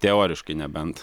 teoriškai nebent